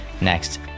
next